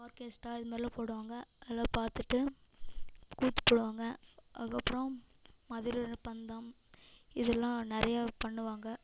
R கெஸ்ட்ராக இது மாதிரிலாம் போடுவாங்க அதெலாம் பார்த்துட்டு கூத்து போடுவாங்க அதுக்கப்புறம் மதுரைவீரன் பந்தம் இதெலாம் நிறைய பண்ணுவாங்க